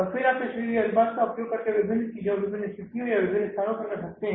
फिर हम इस पी वी अनुपात का उपयोग विभिन्न चीजों विभिन्न स्थितियों या विभिन्न स्थानों पर कर सकते हैं